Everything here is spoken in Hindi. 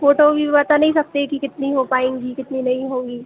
फ़ोटो भी बता नहीं सकते कि कितनी हो पाऍंगी कितनी नहीं होंगी